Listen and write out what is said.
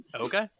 okay